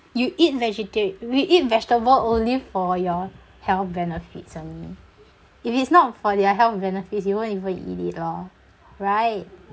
you eat vegeta~ you eat vegetable only for your health benefits only if it's not for their health benefits you won't even eat it lor right